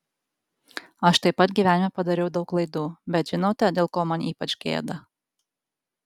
aš taip pat gyvenime padariau daug klaidų bet žinote dėl ko man ypač gėda